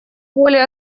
более